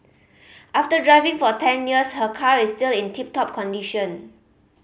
after driving for ten years her car is still in tip top condition